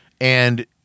and-